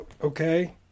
Okay